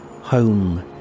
home